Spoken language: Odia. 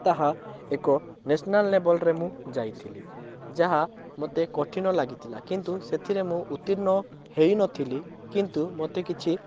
ତାହା ଏକ ନ୍ୟାସନାଲ ଲେବଲରେ ମୁଁ ଯାଇଥିଲି ଯାହା ମୋତେ କଠିନ ଲାଗିଥିଲା କିନ୍ତୁ ସେଥିରେ ମୁଁ ଉତ୍ତୀର୍ଣ୍ଣ ହେଇନଥିଲି କିନ୍ତୁ ମୋତେ କିଛି